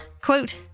Quote